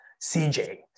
CJ